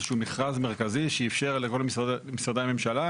איזשהו מכרז מרכזי שאיפשר למשרדי הממשלה